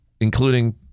including